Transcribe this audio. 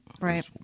right